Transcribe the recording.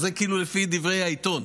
זה כאילו לפי דברי העיתון,